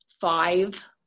five